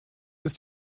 ist